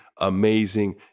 amazing